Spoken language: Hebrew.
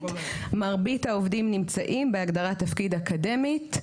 מרבית העובדים נמצאים בהגדרת תפקיד אקדמית.